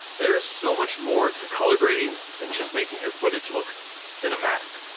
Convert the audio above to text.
there's so much more to color grading than just making your footage look cinematic.